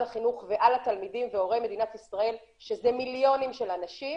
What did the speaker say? החינוך ועל התלמידים ועל הורי מדינת ישראל שזה מיליונים של אנשים,